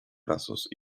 brazos